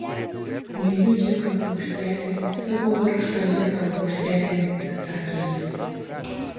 myliu džeką paukštelį savo vargšą džeką paukštelį atsakė ji